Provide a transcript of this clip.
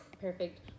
perfect